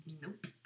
Nope